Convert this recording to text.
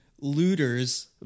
looters